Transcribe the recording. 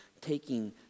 taking